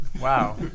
Wow